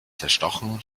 zerstochen